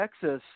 Texas